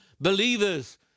believers